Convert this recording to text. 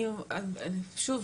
שוב,